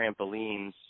trampolines